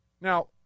Now